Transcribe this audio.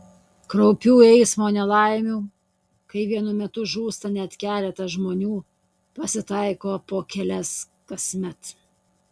kraupių eismo nelaimių kai vienu metu žūsta net keletas žmonių pasitaiko po kelias kasmet